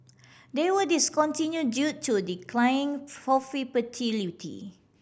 they were discontinue due to declining profitability